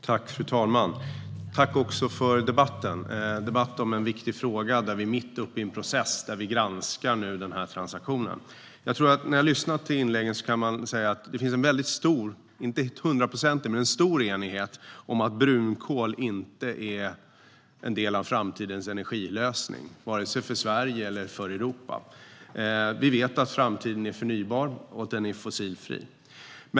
Fru talman! Jag tackar för debatten i en viktig fråga. Vi är nu mitt uppe i en process där vi granskar denna transaktion. Att döma av inläggen finns det en stor om än inte hundraprocentig enighet om att brunkol inte är en del av framtidens energilösning för vare sig Sverige eller Europa. Vi vet att framtiden är förnybar och fossilfri.